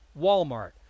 Walmart